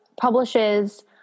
publishes